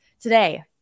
today